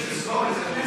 לסגור את הכנסת,